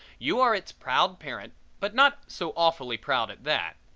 you are its proud parent but not so awfully proud at that.